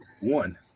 One